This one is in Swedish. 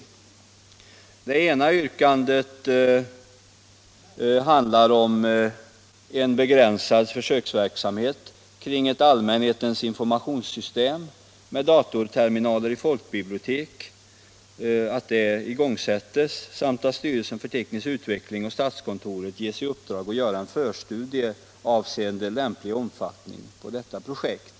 I det ena yrkandet krävs att en begränsad försöksverksamhet kring ett allmänhetens informationssystem med datorterminaler i folkbibliotek igångsättes samt att styrelsen för teknisk utveckling och statskontoret ges i uppdrag att göra en förstudie avseende lämplig omfattning på detta projekt.